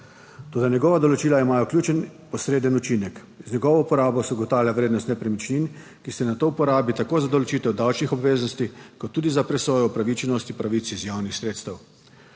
toda njegova določila imajo ključen posreden učinek, z njegovo uporabo se ugotavlja vrednost nepremičnin, ki se nato uporabi tako za določitev davčnih obveznosti kot tudi za presojo upravičenosti pravic iz javnih sredstev.